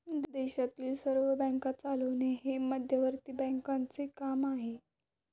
देशातील सर्व बँका चालवणे हे मध्यवर्ती बँकांचे काम आहे